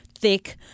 thick